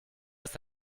ist